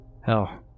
Hell